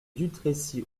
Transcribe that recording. dutrécy